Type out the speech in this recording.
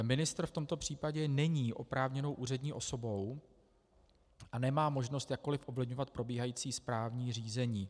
Ministr v tomto případě není oprávněnou úřední osobou a nemá možnost jakkoliv ovlivňovat probíhající správní řízení.